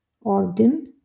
organ